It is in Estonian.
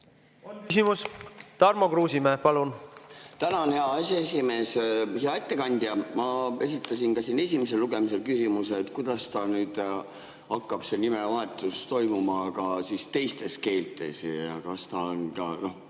küsimus. Tarmo Kruusimäe, palun! Tänan, hea aseesimees! Hea ettekandja! Ma esitasin ka siin esimesel lugemisel küsimuse, et kuidas nüüd hakkab see nimevahetus toimuma teistes keeltes ja kas see on ka